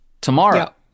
tomorrow